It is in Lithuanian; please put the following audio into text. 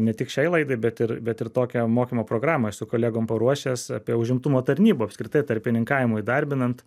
ne tik šiai laidai bet ir bet ir tokią mokymo programą su kolegom paruošęs apie užimtumo tarnybą apskritai tarpininkavimo įdarbinant